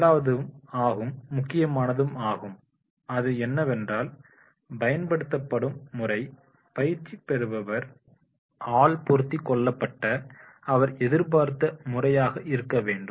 முதலாவதாகும் முக்கியமானதாகும் அது என்னவென்றால் பயன்படுத்தப்படும் முறை பயிற்சி பெறுபவர் ஆல் பொருந்திக் கொள்ளப்பட்ட அவர் எதிர்பார்த்த முறையாக இருக்க வேண்டும்